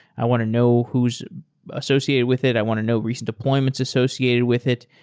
i want to know who's associated with it. i want to know recent deployments associated with it.